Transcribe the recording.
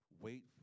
wait